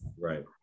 right